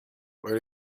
where